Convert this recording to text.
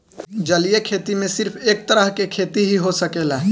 जलीय खेती में सिर्फ एक तरह के खेती ही हो सकेला